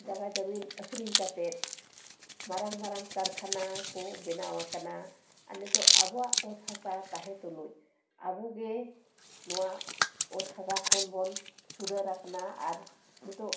ᱡᱟᱜᱟ ᱡᱟᱢᱤᱱ ᱟᱹᱠᱷᱨᱤᱧ ᱠᱟᱛᱮ ᱢᱟᱨᱟᱝ ᱢᱟᱨᱟᱝ ᱠᱟᱨᱠᱷᱟᱱᱟ ᱠᱚ ᱵᱮᱱᱟᱣ ᱟᱠᱟᱱᱟ ᱟᱨ ᱱᱤᱛᱚᱜ ᱟᱵᱚᱣᱟᱜ ᱚᱛ ᱦᱟᱥᱟ ᱛᱟᱦᱮᱸ ᱛᱩᱞᱩᱡ ᱟᱵᱚ ᱜᱮ ᱱᱚᱣᱟ ᱚᱛ ᱦᱟᱥᱟ ᱠᱷᱚᱱ ᱵᱚᱱ ᱪᱷᱩᱰᱟᱹᱨ ᱟᱠᱟᱱᱟ ᱟᱨ ᱱᱤᱛᱚᱜ